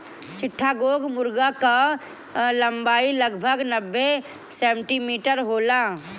चिट्टागोंग मुर्गा कअ लंबाई लगभग नब्बे सेंटीमीटर होला